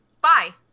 bye